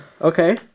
Okay